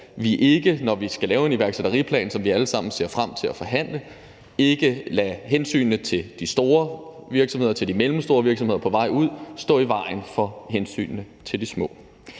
vi ikke, når vi skal lave en iværksætteriplan, som vi alle sammen ser frem til at forhandle, lader hensynene til de store virksomheder eller de mellemstore virksomheder på vej ud stå i vejen for hensynene til de små.